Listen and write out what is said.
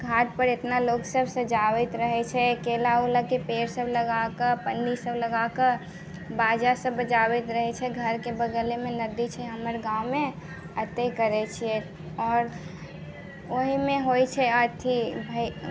घाट पर इतना लोक सभ सजाबैत रहै छै केला वेलाके पेड़ सभ लगाकऽ पन्नी सभ लगाकऽ बाजा सभ बजाबैत रहै छै घरके बगलेमे नदी छै हमर गाँवमे ओतै करै छियै आओर ओहिमे होइ छै अथि